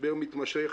משבר מתמשך.